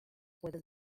puedes